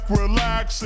relax